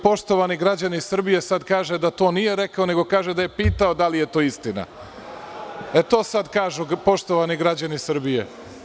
Poštovani građani Srbije, sada kaže da to nije rekao, nego da je pitao da li je to istina, e to sada kažu, poštovani građani Srbije.